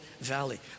valley